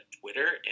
Twitter